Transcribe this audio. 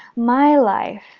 my life!